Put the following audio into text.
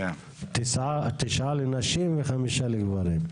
9 לנשים ו-5 לגברים.